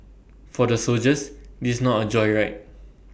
for the soldiers this is not A joyride